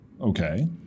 Okay